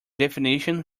definition